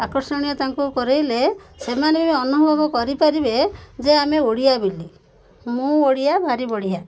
ଆକର୍ଷଣୀୟ ତାଙ୍କୁ କରେଇଲେ ସେମାନେ ବି ଅନୁଭବ କରିପାରିବେ ଯେ ଆମେ ଓଡ଼ିଆ ବୋଲି ମୁଁ ଓଡ଼ିଆ ଭାରି ବଢ଼ିଆ